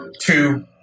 Two